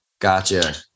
Gotcha